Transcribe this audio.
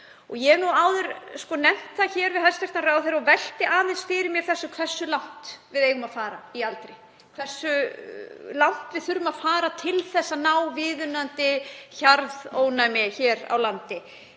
Ég hef áður nefnt það hér við hæstv. ráðherra og velti því aðeins fyrir mér hversu langt við eigum að fara í aldri, hversu langt við þurfum að fara til að ná viðunandi hjarðónæmi hér á landi.